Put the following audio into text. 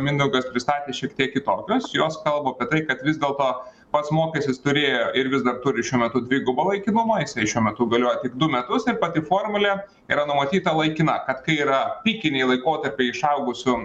mindaugas pristatė šiek tiek kitokios jos kalba apie tai kad vis dėlto pats mokestis turėjo ir vis dar turi šiuo metu dvigubą laikinumą jisai šiuo metu galioja tik du metus ir pati formulė yra numatyta laikina kad kai yra pikiniai laikotarpiai išaugusių